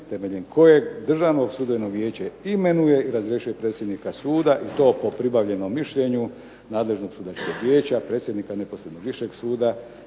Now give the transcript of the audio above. temeljem kojem Državno sudbeno vijeće imenuje i razrješuje predsjednika suda i to po pribavljenom mišljenju nadležnog sudačkog vijeća, predsjednika neposrednog višeg suda